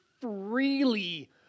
freely